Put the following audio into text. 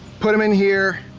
put em in here,